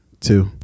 two